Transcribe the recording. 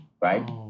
Right